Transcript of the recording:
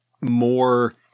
more